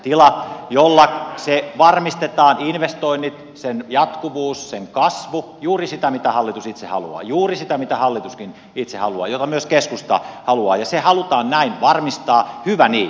sopimuksella se varmistetaan investoinnit sen jatkuvuus sen kasvu juuri sitä mitä hallitus itse haluaa juuri sitä mitä hallituskin itse haluaa jota myös keskusta haluaa ja se halutaan näin varmistaa hyvä niin